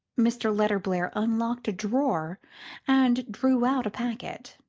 mr. letterblair unlocked a drawer and drew out a packet.